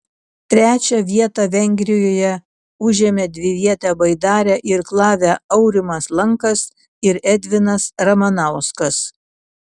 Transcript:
trečią vietą vengrijoje užėmė dvivietę baidarę irklavę aurimas lankas ir edvinas ramanauskas